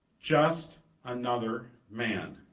just another man.